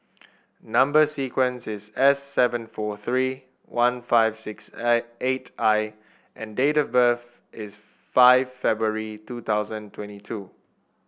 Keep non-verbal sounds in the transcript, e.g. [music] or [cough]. number sequence is S seven four three one five six [unintelligible] eight I and date of birth is five February two thousand twenty two